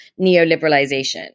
neoliberalization